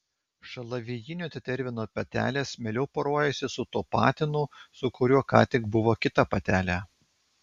šalavijinio tetervino patelės mieliau poruojasi su tuo patinu su kuriuo ką tik buvo kita patelė